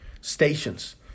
stations